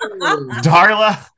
Darla